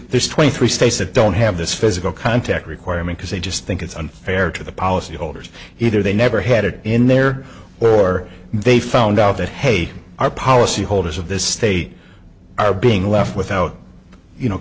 there's twenty three states that don't have this physical contact requirement is they just think it's unfair to the policyholders here they never had it in there or they found out that hey our policy holders of this state are being left without you know